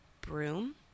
broom